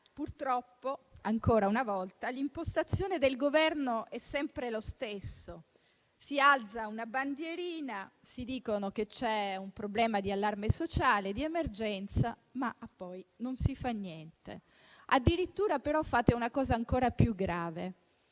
Purtroppo, ancora una volta, l'impostazione del Governo è sempre la stessa: si alza una bandierina e si dice che c'è un problema di allarme sociale e di emergenza, ma poi non si fa niente. Addirittura, fate una cosa ancora più grave: